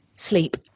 sleep